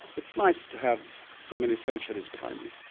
it's nice to have so many centuries behind you.